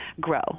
grow